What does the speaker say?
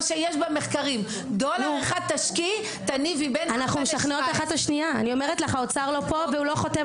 דולר, תכניסי בין ארבע לשבע עשרה.